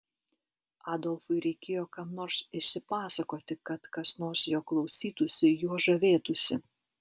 adolfui reikėjo kam nors išsipasakoti kad kas nors jo klausytųsi juo žavėtųsi